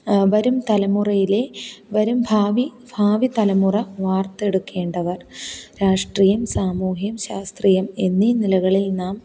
വരും തലമുറയിലെ വരും ഭാവി ഭാവി തലമുറ വാര്ത്തെടുക്കേണ്ടവര് രാഷ്ട്രീയം സാമൂഹ്യം ശാസ്ത്രീയം എന്നീ നിലകളില് നാം